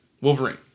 Wolverine